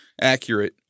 accurate